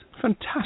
Fantastic